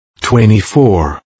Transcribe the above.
24